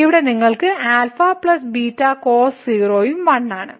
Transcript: ഇവിടെ നിങ്ങൾക്ക് α β cos 0 ഉം 1 ആണ്